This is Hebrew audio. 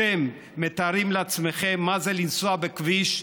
אתם מתארים לעצמכם מה זה לנסוע בכביש,